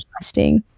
interesting